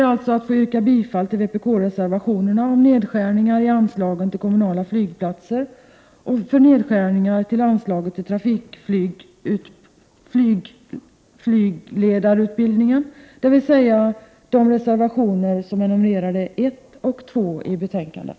Jag ber att få yrka bifall till vpk-reservationerna om nedskärningar i anslagen till kommunala flygplatser och nedskärningar i anslagen till trafikflygarutbildningen, dvs. reservationerna nr 1 och 2, som är fogade till betänkandet.